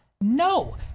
No